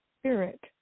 spirit